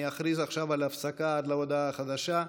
אני אכריז עכשיו על הפסקה עד להודעה חדשה,